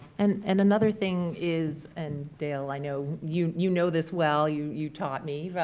and and another thing is, and dale, i know you you know this well, you you taught me,